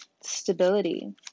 stability